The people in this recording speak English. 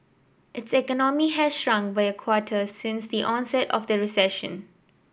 its economy has shrunk by a quarter since the onset of the recession